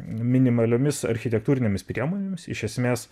minimaliomis architektūrinėmis priemonėmis iš esmės